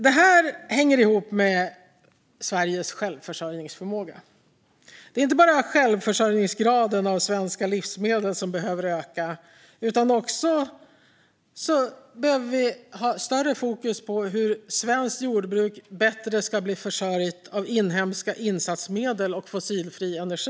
Det här hänger ihop med Sveriges självförsörjningsförmåga. Det är inte bara självförsörjningsgraden av svenska livsmedel som behöver öka, utan vi behöver också ett större fokus på hur svenskt jordbruk bättre ska bli försörjt av inhemska insatsmedel och fossilfri energi.